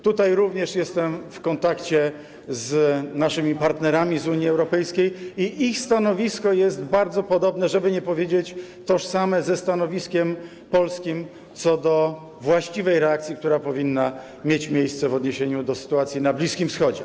Tutaj również jestem w kontakcie z naszymi partnerami z Unii Europejskiej i ich stanowisko jest bardzo podobne, żeby nie powiedzieć: tożsame ze stanowiskiem polskim, co do właściwej reakcji, która powinna mieć miejsce w odniesieniu do sytuacji na Bliskim Wschodzie.